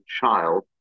child